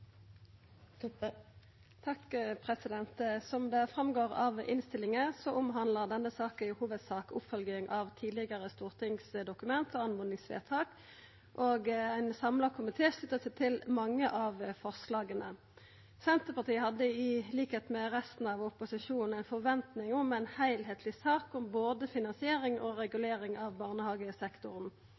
av innstillinga, omhandlar denne saka i hovudsak oppfølging av tidlegare stortingsdokument og oppmodingsvedtak, og ein samla komité sluttar seg til mange av forslaga. Senterpartiet hadde, til liks med resten av opposisjonen, ei forventing om at ei heilskapleg sak om både finansiering og regulering av barnehagesektoren